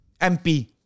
MP